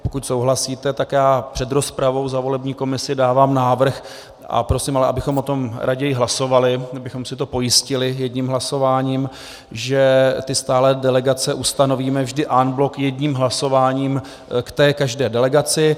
Pokud souhlasíte, před rozpravou za volební komisi dávám návrh, prosím, abychom o tom ale raději hlasovali, abychom si to pojistili jedním hlasováním, že stálé delegace ustanovíme vždy en bloc jedním hlasováním ke každé delegaci.